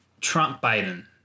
Trump-Biden